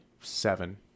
seven